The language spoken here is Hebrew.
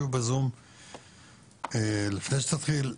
לפני שתתחיל,